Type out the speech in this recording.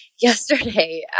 Yesterday